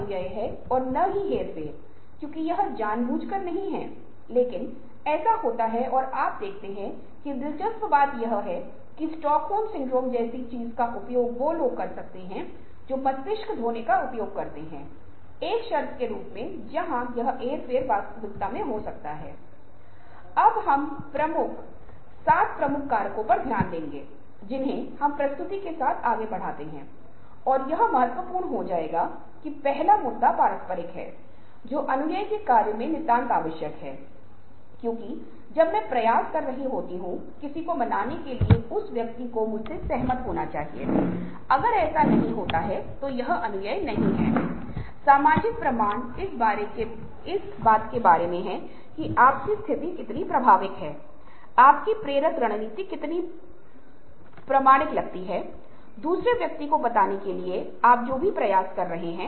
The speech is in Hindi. पहले आप अपने संगठन में या अपने काम की सेटिंग में या अपने वरिष्ठों से या शिक्षक से या समुदाय के सदस्यों से निरीक्षण करते हैं जिन्हें आप मानते हैं कि वह व्यक्ति बहुत प्रभावी कुशल है और साथ ही वह बहुत ही मिलनसार सौहार्दपूर्ण और मददगार है और आप इस प्रकार के व्यक्तियों की पहचान कर सकते है